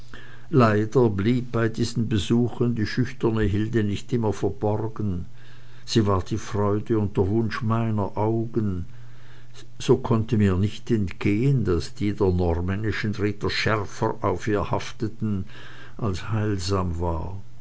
leider blieb bei diesen besuchen die schüchterne hilde nicht immer verborgen sie war die freude und der wunsch meiner augen so konnte mir nicht entgehen daß die der normännischen ritter schärfer auf ihr hafteten als heilsam war